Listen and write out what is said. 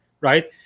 right